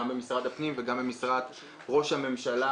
גם במשרד הפנים וגם במשרד ראש הממשלה,